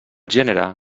gènere